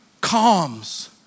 calms